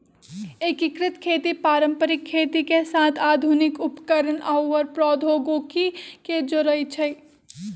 एकीकृत खेती पारंपरिक खेती के साथ आधुनिक उपकरणअउर प्रौधोगोकी के जोरई छई